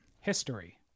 History